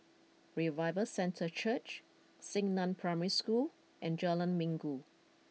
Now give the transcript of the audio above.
Revival Centre Church Xingnan Primary School and Jalan Minggu